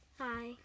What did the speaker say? hi